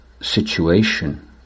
situation